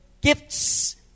gifts